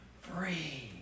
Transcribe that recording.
free